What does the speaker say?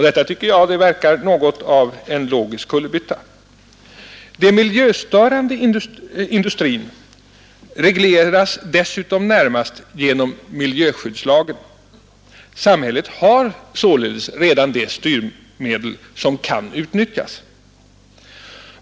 Detta tycker jag verkar vara en logisk kullerbytta. Den miljöstörande industrin regleras dessutom närmast genom miljöskyddslagen. Samhället har således redan de styrmedel som kan utnyttjas.